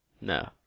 no